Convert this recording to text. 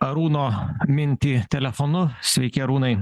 arūno mintį telefonu sveiki arūnai